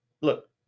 Look